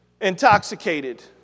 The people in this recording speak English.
intoxicated